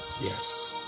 Yes